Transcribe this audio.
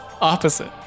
Opposite